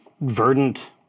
verdant